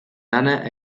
lana